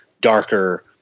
darker